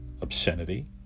obscenity